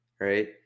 right